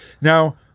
Now